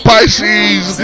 Pisces